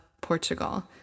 Portugal